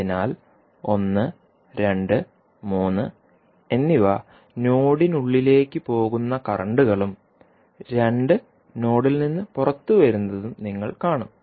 അതിനാൽ 1 2 3 എന്നിവ നോഡിനുള്ളിലേക്ക് പോകുന്ന കറന്റുകളും 2 നോഡിൽ നിന്ന് പുറത്തുവരുന്നതും നിങ്ങൾ കാണും